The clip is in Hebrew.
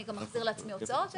אני גם אחזיר לעצמי הוצאות,